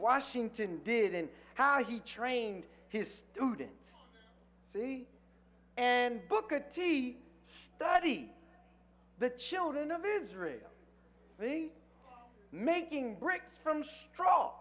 washington did and how he trained his students see and booker t study the children of israel making bricks from straw